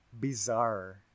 bizarre